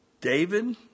David